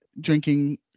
drinking